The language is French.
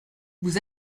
vous